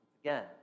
Again